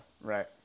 Right